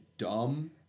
Dumb